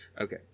Okay